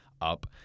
up